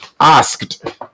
asked